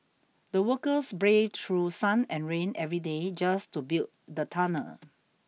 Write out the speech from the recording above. the workers braved through sun and rain every day just to build the tunnel